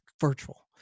virtual